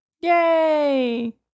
Yay